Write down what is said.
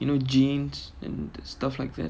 you know jeans and the stuff like that